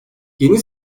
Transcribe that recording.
yeni